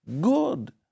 good